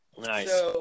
Nice